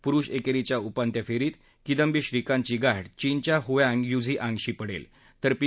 पुरुष एकेरीच्या उपान्त्य फेरीत किंदीबी श्रीकांतची गाठ चीनच्या हुआंग युझिआंगशी पडेल तर पी